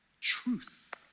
truth